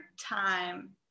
time